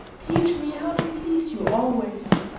teach me how to please you always.